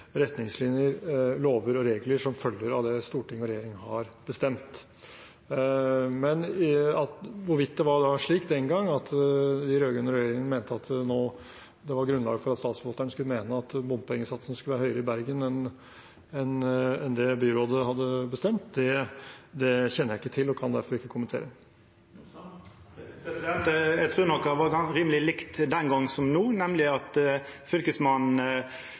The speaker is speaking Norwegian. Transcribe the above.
retningslinjer, lover og regler som følger av det storting og regjering har bestemt. Hvorvidt det var slik den gang at den rød-grønne regjeringen mente det var grunnlag for at Statsforvalteren skulle mene at bompengesatsene skulle være høyere i Bergen enn det byrådet hadde bestemt, kjenner jeg ikke til og kan derfor ikke kommentere. Eg trur nok det var rimeleg likt den gongen som no, nemleg at Fylkesmannen